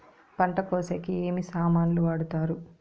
పంట కోసేకి ఏమి సామాన్లు వాడుతారు?